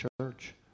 church